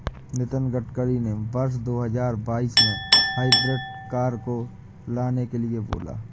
नितिन गडकरी ने वर्ष दो हजार बाईस में हाइब्रिड कार को लाने के लिए बोला